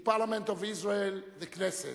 the Parliament of Israel, the Knesset.